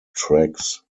tracks